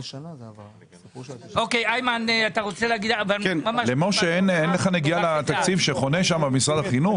משה, אין לך נגיעה לתקציב שחונה במשרד החינוך?